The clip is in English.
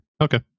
Okay